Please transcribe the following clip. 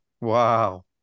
Wow